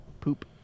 poop